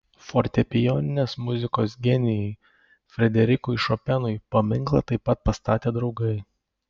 fortepijoninės muzikos genijui frederikui šopenui paminklą taip pat pastatė draugai